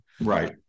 Right